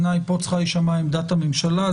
לדעתי פה צריכה להישמע עמדת הממשלה.